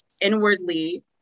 inwardly